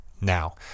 Now